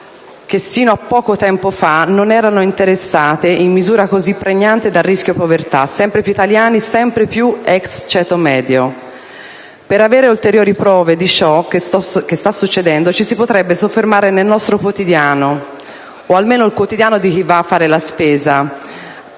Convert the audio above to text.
che sino a poco tempo fa non erano interessate in misura così pregnante dal rischio povertà: sempre più italiani, sempre più ex ceto medio. Per avere ulteriori prove di ciò che sta succedendo ci si potrebbe soffermare nel nostro quotidiano, o almeno in quello di chi va a fare la spesa.